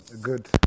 good